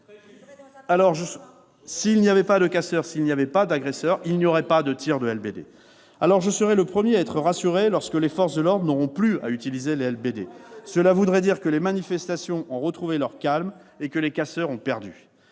S'il n'y avait pas de casseurs, s'il n'y avait pas d'agresseurs, il n'y aurait aucun tir de LBD. Très juste ! Je serai le premier à être rassuré lorsque les forces de l'ordre n'auront plus à utiliser les LBD. Cela voudra dire que les manifestations ont retrouvé leur calme et que les casseurs ont perdu.